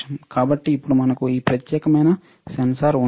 కాబట్టి ఇప్పుడు మనకు ఈ ప్రత్యేకమైన సెన్సార్ ఉంది